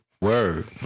word